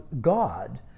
God